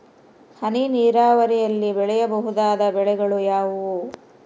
ಹನಿ ನೇರಾವರಿಯಲ್ಲಿ ಬೆಳೆಯಬಹುದಾದ ಬೆಳೆಗಳು ಯಾವುವು?